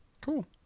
Cool